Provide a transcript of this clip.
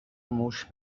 موش